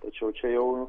tačiau čia jau